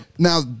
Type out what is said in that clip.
Now